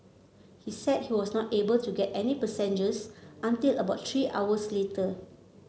he said he was not able to get any passengers until about three hours later